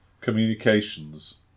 communications